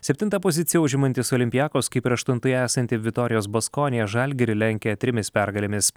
septintą poziciją užimantis olympiakos kaip ir aštuntoje esanti viktorijos baskonia žalgirį lenkia trimis pergalėmis